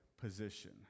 Position